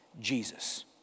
Jesus